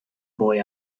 boy